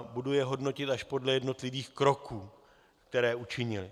Budu je hodnotit až podle jednotlivých kroků, které učinili.